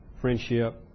friendship